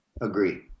agree